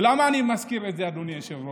ולמה אני מזכיר את זה, אדוני היושב-ראש?